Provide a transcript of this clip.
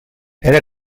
era